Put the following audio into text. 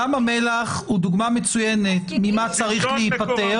ים המלח הוא דוגמה מצוינת ממה צריך להיפטר.